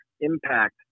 impact